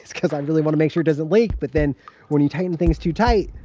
it's cause i really wanna make sure it doesn't leak. but then when you tighten things too tight,